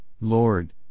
Lord